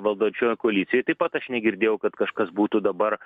valdančioje koalicijoj taip pat aš negirdėjau kad kažkas būtų dabar